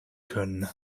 können